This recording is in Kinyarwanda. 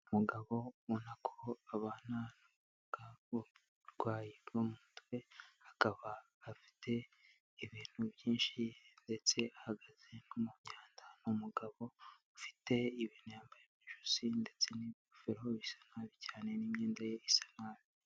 Umugabo ubona ko abana n'uburwayi bwo mumutwe, akaba afite ibintu byinshi, ndetse ahagaze no mu myanda, ni umugabo ufite ibintu yambaye mu josi, ndetse n'ingofero bisa nabi cyane n'imyenda ye isa nabi.